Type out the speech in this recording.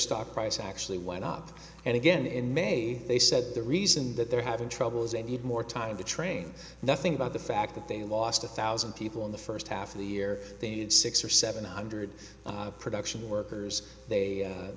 stock price actually went up and again in may they said the reason that they're having trouble is they need more time to train nothing about the fact that they lost a thousand people in the first half of the year they needed six or seven hundred production workers they